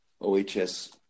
OHS